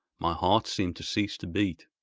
my heart seemed to cease to beat.